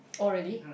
oh really